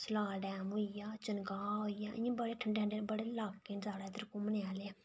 Salal dam होई गेआ इ'यां चनकाह् होई गेआ इ'यां बड़े ठंडे ठंडे न बड़े लाके न साढ़े इद्धर घूमने आह्लियां